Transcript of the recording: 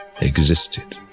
existed